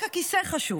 רק הכיסא חשוב